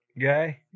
guy